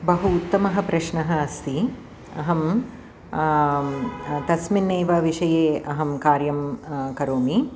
बहु उत्तमः प्रश्नः अस्ति अहं तस्मिन्नेव विषये अहं कार्यं करोमि